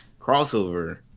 crossover